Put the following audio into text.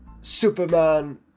superman